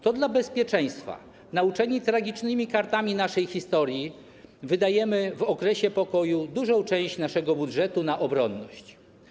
To dla bezpieczeństwa, nauczeni tragicznymi kartami naszej historii, wydajemy w okresie pokoju dużą część naszego budżetu na obronność.